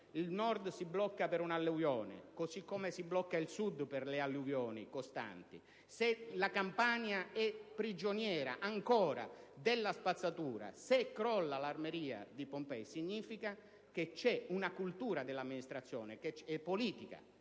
il Nord si blocca per un'alluvione, così come si blocca anche il Sud per le alluvioni costanti, se la Campania è ancora prigioniera della spazzatura, se crolla l'Armeria di Pompei, ciò significa che c'è una cultura dell'amministrazione, che è politica